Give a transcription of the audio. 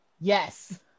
Yes